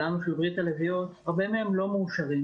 של ברית הלביאות, הרבה מהם לא מאושרים,